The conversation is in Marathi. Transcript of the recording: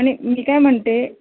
आणि मी काय म्हणते